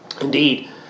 Indeed